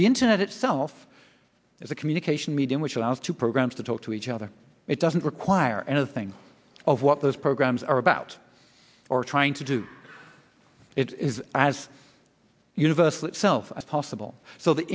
the internet itself is a communication medium which allows two programs to talk to each other it doesn't require anything of what those programs are about or trying to do it is as universal itself as possible so the